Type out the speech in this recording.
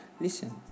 Listen